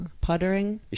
puttering